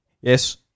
yes